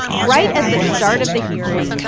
right at the start of the hearing,